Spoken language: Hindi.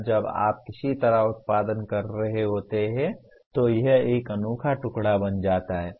जब आप किसी तरह उत्पादन कर रहे होते हैं तो यह एक अनोखा टुकड़ा बन जाता है